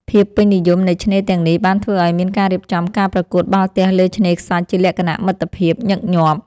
ភាពពេញនិយមនៃឆ្នេរទាំងនេះបានធ្វើឱ្យមានការរៀបចំការប្រកួតបាល់ទះលើឆ្នេរខ្សាច់ជាលក្ខណៈមិត្តភាពញឹកញាប់។